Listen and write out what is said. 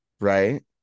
right